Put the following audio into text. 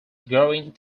growing